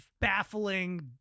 baffling